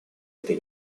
этой